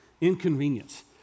Inconvenience